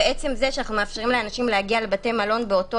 ועצם זה שאנחנו מאפשרים לאנשים להגיע לבתי מלון באותו